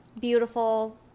beautiful